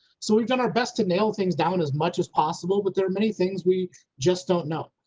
so we've done our best to nail things down as much as possible but there are many things we just don't know.